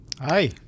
Hi